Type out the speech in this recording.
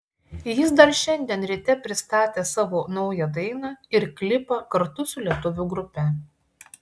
jis dar šiandien ryte pristatė savo naują dainą ir klipą kartu su lietuvių grupe